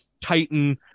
titan